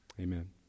Amen